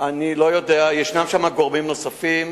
יש שם גורמים נוספים.